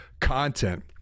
content